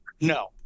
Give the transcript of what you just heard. No